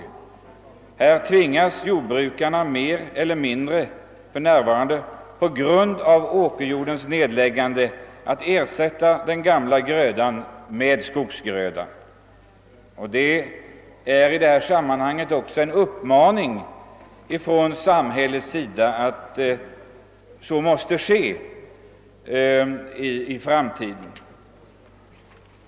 För närvarande tvingas jordbrukarna mer eller mindre på grund av nedläggningen av åkerarealerna att ersätta den gamla grödan med skogsgröda. Samhället självt har också uppmanat jordbrukarna att göra det i framtiden.